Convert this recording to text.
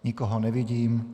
Nikoho nevidím.